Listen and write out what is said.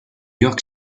york